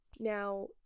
Now